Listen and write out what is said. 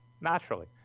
naturally